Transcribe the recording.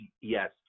yes